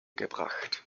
gebracht